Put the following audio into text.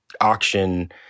auction